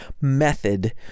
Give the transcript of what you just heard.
method